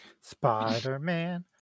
Spider-Man